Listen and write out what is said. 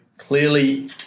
clearly